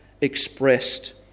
expressed